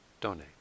donate